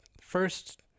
first